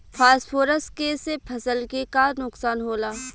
Phosphorus के से फसल के का नुकसान होला?